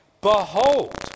Behold